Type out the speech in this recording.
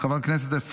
חבר הכנסת גלעד קריב,